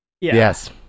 Yes